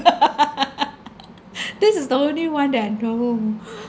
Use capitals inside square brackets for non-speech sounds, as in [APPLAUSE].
[LAUGHS] this is the only one that I know